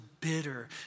bitter